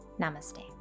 Namaste